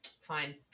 fine